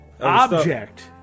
object